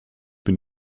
bin